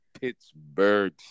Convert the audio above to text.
Pittsburgh